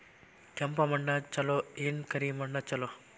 ಕೆಂಪ ಮಣ್ಣ ಛಲೋ ಏನ್ ಕರಿ ಮಣ್ಣ ಛಲೋ?